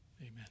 Amen